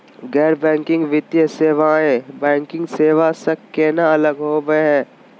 गैर बैंकिंग वित्तीय सेवाएं, बैंकिंग सेवा स केना अलग होई हे?